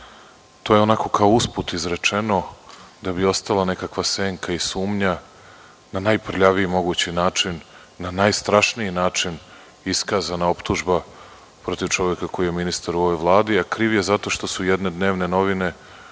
to je onako kao usput izrečeno da bi ostala nekakva senka i sumnja na najprljaviji mogući način, na najstrašniji način iskazana optužba protiv čoveka koji je ministar u ovoj Vladi, a kriv je zato što su jedne dnevne novine,